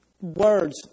words